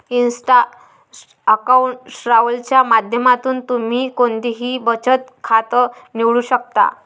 Insta account travel च्या माध्यमातून तुम्ही कोणतंही बचत खातं निवडू शकता